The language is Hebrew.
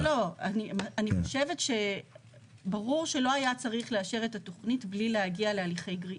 אני חושבת שברור שלא היה צריך לאשר את התכנית בלי להגיע להליכי גריעה.